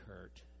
hurt